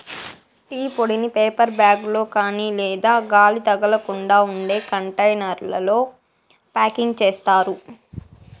tea పొడిని paper bag లో కాని లేదా గాలి తగలకుండా ఉండే కంటైనర్లలో ప్యాకింగ్ చేత్తారు